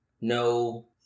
No